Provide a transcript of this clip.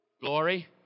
Glory